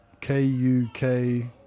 K-U-K